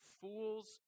fools